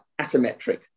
asymmetric